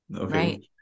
Right